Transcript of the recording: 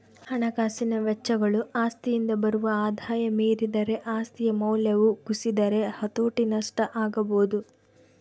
ಹಣಕಾಸಿನ ವೆಚ್ಚಗಳು ಆಸ್ತಿಯಿಂದ ಬರುವ ಆದಾಯ ಮೀರಿದರೆ ಆಸ್ತಿಯ ಮೌಲ್ಯವು ಕುಸಿದರೆ ಹತೋಟಿ ನಷ್ಟ ಆಗಬೊದು